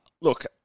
look